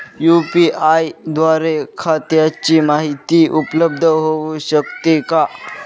UPI द्वारे खात्याची माहिती उपलब्ध होऊ शकते का?